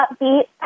upbeat